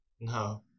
No